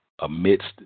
amidst